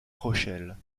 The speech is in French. rochelle